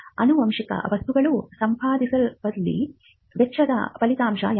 ಆನುವಂಶಿಕ ವಸ್ತುಗಳನ್ನು ಸಂಪಾದಿಸುವಲ್ಲಿನ ವೆಚ್ಚದ ಫಲಿತಾಂಶ ಯಾವುದು